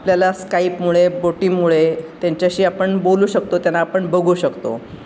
आपल्याला स्काईपमुळे बोटीमुळे त्यांच्याशी आपण बोलू शकतो त्यांना आपण बघू शकतो